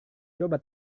coba